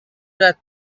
that